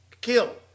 kill